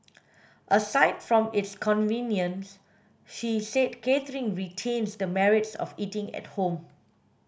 aside from its convenience she said catering retains the merits of eating at home